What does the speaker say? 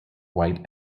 white